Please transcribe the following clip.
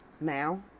now